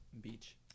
Beach